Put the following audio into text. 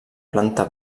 planta